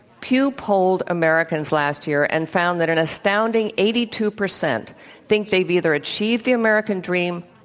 pew polled americans last year and found that an astounding eighty two percent think they've either achieved the american dream,